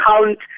account